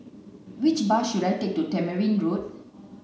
which bus should I take to Tamarind Road